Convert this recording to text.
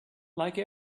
like